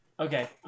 Okay